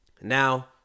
Now